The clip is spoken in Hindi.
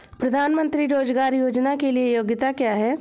प्रधानमंत्री रोज़गार योजना के लिए योग्यता क्या है?